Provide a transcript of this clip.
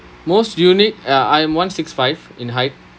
most unique ya I'm one six five in height